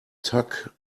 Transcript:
tuck